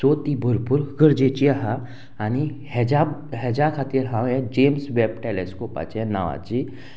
so ती भरपूर गरजेची आहा आनी हेज्या हेज्या खातीर हांव हे जेम्स वॅब टेलेस्कोपाच्या नांवाची